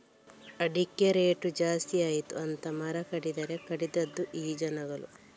ಅಡಿಕೆ ರೇಟು ಜಾಸ್ತಿ ಆಯಿತು ಅಂತ ಮರ ಕಡಿದದ್ದೇ ಕಡಿದದ್ದು ಈ ಜನಗಳು